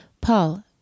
Paul